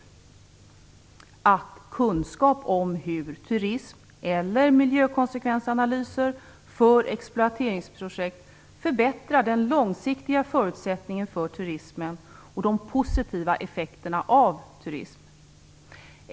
Där sägs att kunskap om hur turism eller miljökonsekvensanalyser för exploateringsprojekt förbättrar både de långsiktiga förutsättningarna för turismen och de positiva effekterna av turism.